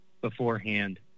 beforehand